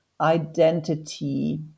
identity